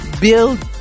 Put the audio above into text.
build